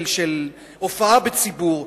של הופעה בציבור.